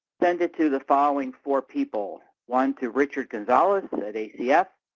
send it to the following four people one, to richard gonzales and at acf